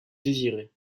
désiraient